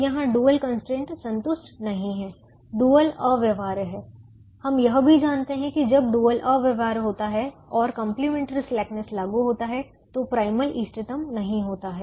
तो यहाँ संतुष्ट नहीं है डुअल अव्यवहार्य है हम यह भी जानते हैं कि जब डुअल अव्यवहार्य होता है और कंप्लीमेंट्री स्लैकनेस लागू होती है तो प्राइमल इष्टतम नहीं होता